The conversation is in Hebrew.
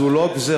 זו לא גזירה.